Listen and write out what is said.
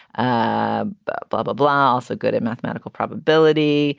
ah but baba blaa ah so good at mathematical probability